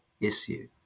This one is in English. issue